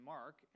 Mark